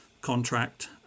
contract